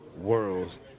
worlds